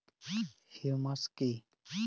Humus কি?